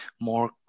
more